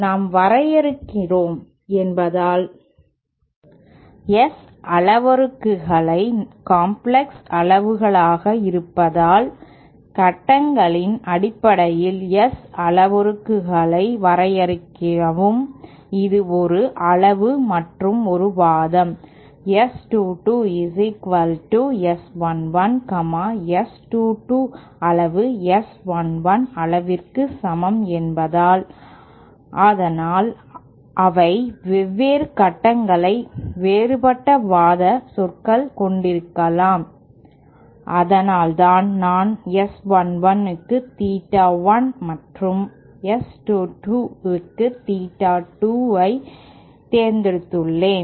நாம் வரையறுக்கிறோம் என்றால் S அளவுருக்கள் காம்ப்ளக்ஸ் அளவுகளாக இருப்பதால் கட்டங்களின் அடிப்படையில் S அளவுருக்களை வரையறுக்கவும் இது ஒரு அளவு மற்றும் ஒரு வாதம் S 2 2 S 1 1 S 2 2 அளவு S 1 1 அளவிற்கு சமம் என்பதால் ஆனால் அவை வெவ்வேறு கட்டங்களைக் வேறுபட்ட வாத சொற்கள் கொண்டிருக்கலாம் அதனால்தான் நான் S 1 1 க்கு தீட்டா 1 மற்றும் S 2 2 க்கு தீட்டா 2 ஐ தேர்ந்தெடுத்துள்ளேன்